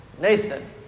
Nathan